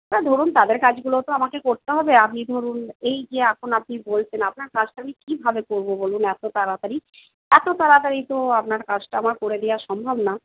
তা ধরুন তাদের কাজগুলোও তো আমাকে করতে হবে আপনি ধরুন এই যে এখন আপনি বলছেন আপনার কাজটা আমি কীভাবে করব বলুন এত তাড়াতাড়ি এত তাড়াতাড়ি তো আপনার কাজটা আমার করে দেওয়া সম্ভব না